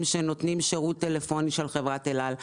שנותנים שירות טילפוני של חברת אל על.